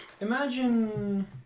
Imagine